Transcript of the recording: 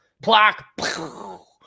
block